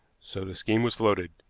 so the scheme was floated.